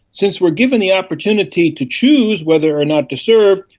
since we are given the opportunity to choose whether or not to serve,